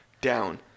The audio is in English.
down